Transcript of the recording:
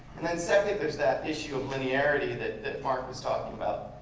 and then second, there's that issue of linearity that that marc was talking about,